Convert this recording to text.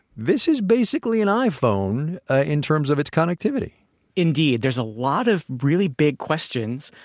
this is basically an iphone ah in terms of its connectivity indeed. there's a lot of really big questions,